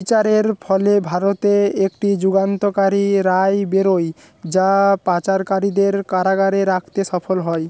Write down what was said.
বিচারের ফলে ভারতে একটি যুগান্তকারী রায় বেরোয় যা পাচারকারীদের কারাগারে রাখতে সফল হয়